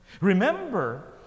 remember